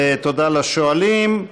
תודה לשואלים.